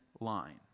line